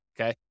Okay